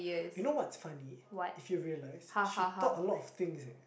you know what's funny if you realise she taught a lot of things eh